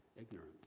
ignorance